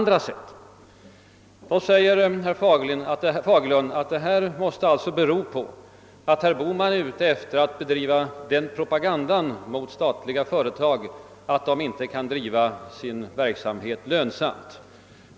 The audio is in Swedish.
Då säger herr Fagerlund att detta innebär att herr Bohman är ute efter att bedriva den propagandan mot statliga företag att de inte kan driva sin verksamhet lönsamt.